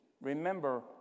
remember